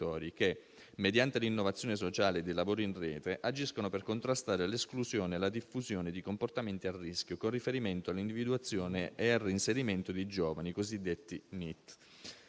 che, mediante l'innovazione sociale dei lavori in rete, agiscono per contrastare l'esclusione e la diffusione di comportamenti a rischio, con riferimento all'individuazione e al reinserimento di giovani cosiddetti NEET